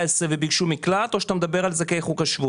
וביקשו מקלט או שאתה מדבר על זכאי חוק השבות.